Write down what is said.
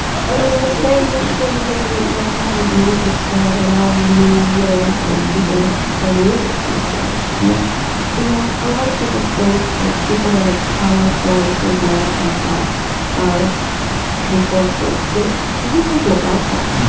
i mean, the same reason he didn't like to have his music played on all the new ways that people and play music these days yeah you know, a lot of people think that people that are powerful and charismatic like that are control freaks. but it really wasn't about that.